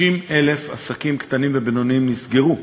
60,000 עסקים קטנים ובינוניים נסגרו.